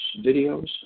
videos